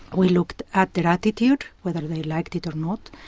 we looked at their attitude, whether they like it or not,